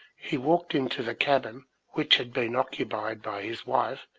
he walked into the cabin which had been occupied by his wife,